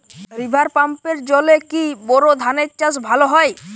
River পাম্পের জলে কি বোর ধানের চাষ ভালো হয়?